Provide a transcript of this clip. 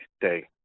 day